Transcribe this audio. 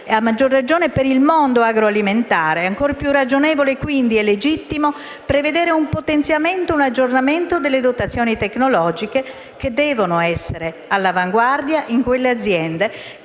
a maggior ragione per il mondo agroalimentare. È, quindi, ancor più ragionevole e legittimo prevedere un potenziamento e un aggiornamento delle dotazioni tecnologiche che devono essere all'avanguardia in quelle aziende